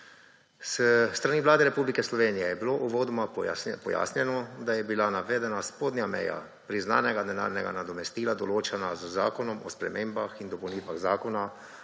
S strani Vlade Republike Slovenije je bilo uvodoma pojasnjeno, da je bila navedena spodnja meja priznanega denarnega nadomestila določena z Zakonom o spremembah in dopolnitvah Zakona